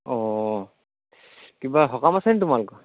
অঁ কিবা সকাম আছে নেকি তোমালোকৰ